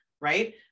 Right